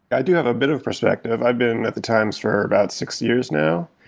i do have a bit of perspective, i've been at the times for about six years now.